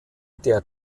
der